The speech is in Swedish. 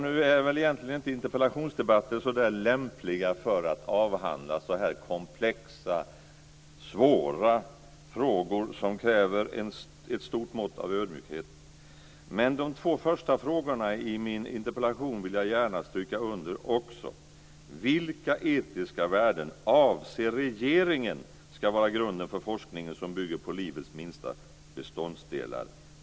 Nu är väl interpellationsdebatter egentligen inte så lämpliga för att avhandla så här komplexa och svåra frågor, som kräver ett stort mått av ödmjukhet. Men de två första frågorna i min interpellation vill jag också gärna stryka under. De är: Vilka etiska värden avser regeringen ska vara grunden för forskningen som bygger på livets minsta beståndsdelar?